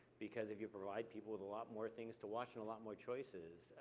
because if you provide people with a lot more things to watch, and a lot more choices,